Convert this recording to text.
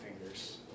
fingers